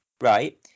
right